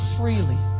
freely